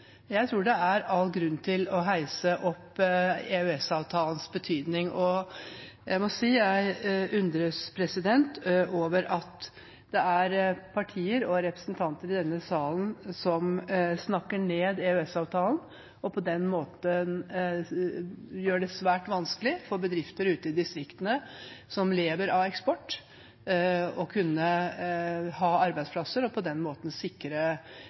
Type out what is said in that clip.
Jeg tror det er all grunn til å heise opp EØS-avtalens betydning, og jeg må si jeg undres over at det er partier og representanter i denne salen som snakker ned EØS-avtalen og på den måten gjør det svært vanskelig for bedrifter ute i distriktene som lever av eksport, å kunne opprettholde arbeidsplasser og på den måten sikre